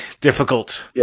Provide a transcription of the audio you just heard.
difficult